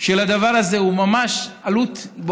של הדבר הזה היא ממש עלות נמוכה,